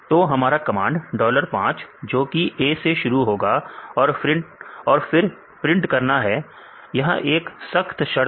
तो हमारा command dollar 5 जोकि A से शुरू होगा और फिर प्रिंट करना है यह एक सख्त शर्त है